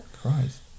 Christ